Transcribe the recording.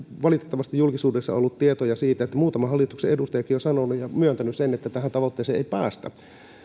valitettavasti julkisuudessa ollut tietoja siitä että muutama hallituksen edustajakin on sanonut ja myöntänyt sen että tähän tavoitteeseen ei päästä